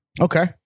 Okay